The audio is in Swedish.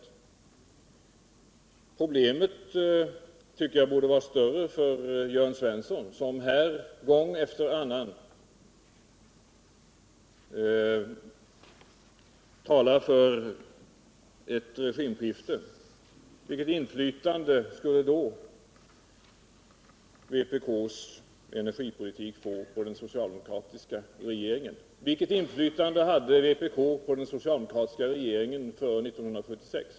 Problemet borde vara större för Jörn Svensson som här gång efter annan talar för ett regimskifte. Vilken betydelse skulle då vpk:s energipolitik få för den socialdemokratiska regeringen? Vilket inflytande hade vpk på den socialdemokratiska regeringen före 1976?